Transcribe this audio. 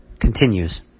continues